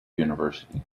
university